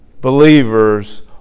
believers